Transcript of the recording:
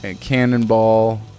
Cannonball